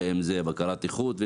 בקרת איכות,